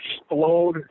explode